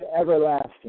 everlasting